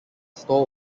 store